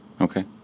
Okay